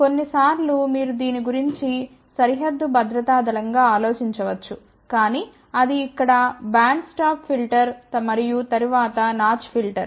కొన్నిసార్లు మీరు దీని గురించి సరిహద్దు భద్రతా దళంగా ఆలోచించవచ్చు కానీ అది ఇక్కడ బ్యాండ్ స్టాప్ ఫిల్టర్ మరియు తరువాత నాచ్ ఫిల్టర్